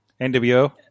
NWO